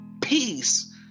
peace